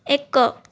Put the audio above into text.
ଏକ